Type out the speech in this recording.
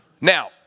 Now